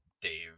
Dave